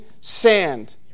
sand